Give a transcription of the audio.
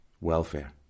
welfare